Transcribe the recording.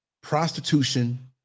prostitution